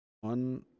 one